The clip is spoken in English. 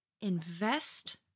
invest